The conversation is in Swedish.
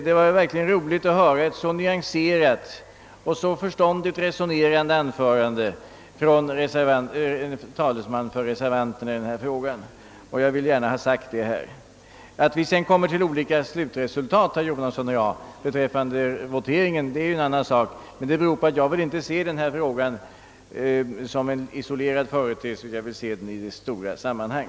Det var verkligen roligt att lyssna till ett så nyanserat och så förståndigt resonerande anförande av en talesman för reservanterna. Att herr Jonasson och jag likväl kommer till olika resultat beträffande vårt ställningstagande vid voteringen är en annan sak. Det beror på att jag inte vill se denna fråga som en isolerad företeelse, utan jag vill se den i ett större sammanhang.